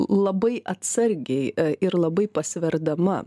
labai atsargiai ir labai pasverdama